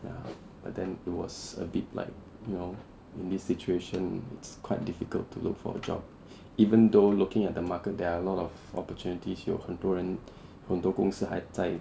ya but then it was a bit like you know in this situation it's quite difficult to look for a job even though looking at the market there are a lot of opportunities 有很多人很多公司还在